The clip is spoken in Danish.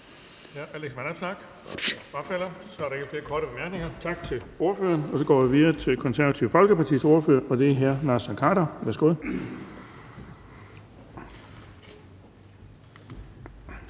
Tak til ordføreren. Og vi går videre til Det Konservative Folkepartis ordfører, og det er hr. Naser Khader. Værsgo.